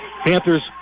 Panthers